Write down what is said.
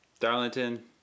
Darlington